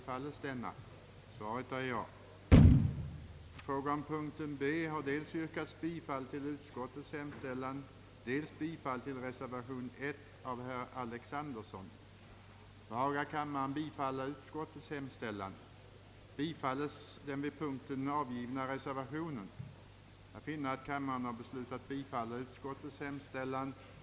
För min del har jag godtagit propositionens principer, så jag har egentligen ingen personlig anledning att polemisera mot påståendet. Jag vill dock påpeka att propositionen tyvärr skapar en ny och mycket tråkig klassgräns.